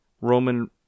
Roman